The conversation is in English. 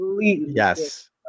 Yes